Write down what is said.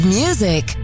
music